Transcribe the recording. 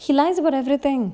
he lies about everything